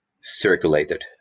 circulated